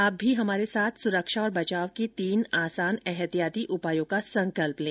आप भी हमारे साथ सुरक्षा और बचाव के तीन आसान एहतियाती उपायों का संकल्प लें